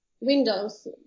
windows